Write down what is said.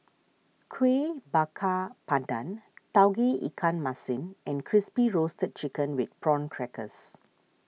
Kueh Bakar Pandan Tauge Ikan Masin and Crispy Roasted Chicken with Prawn Crackers